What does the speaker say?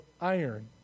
iron